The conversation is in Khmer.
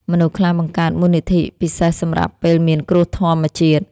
មនុស្សខ្លះបង្កើតមូលនិធិពិសេសសម្រាប់ពេលមានគ្រោះធម្មជាតិ។